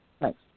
Thanks